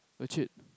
legit